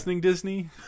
Disney